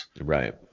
Right